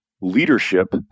leadership